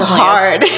hard